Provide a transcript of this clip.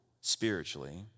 spiritually